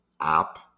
app